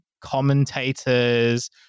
commentators